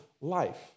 life